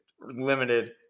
limited